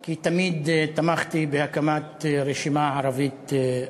כי תמיד תמכתי בהקמת רשימה ערבית אחת,